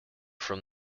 from